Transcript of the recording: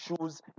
shoes